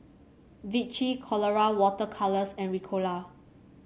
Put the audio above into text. Vichy Colora Water Colours and Ricola